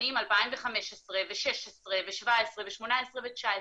בשנת 2015 ו-16' ו-17' ו-18' ו-19',